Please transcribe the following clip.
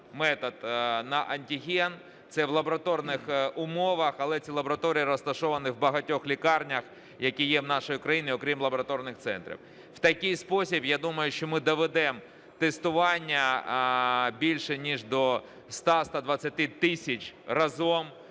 ІФА-метод на антиген. Це в лабораторних умовах, але ці лабораторії розташовані в багатьох лікарнях, які є в нашій країні, крім лабораторних центрів. У такий спосіб, я думаю, що ми доведемо тестування більше ніж до 100-120 тисяч, разом